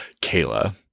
Kayla